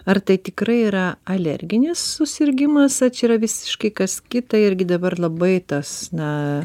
ar tai tikrai yra alerginis susirgimas ar čia yra visiškai kas kita irgi dabar labai tas na